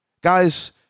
Guys